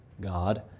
God